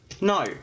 No